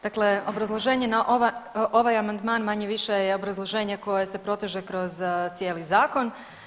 Dakle, obrazloženje na ovaj amandman manje-više je obrazloženje koje se proteže kroz cijeli zakon.